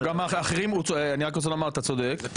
אתה צודק,